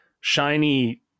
shiny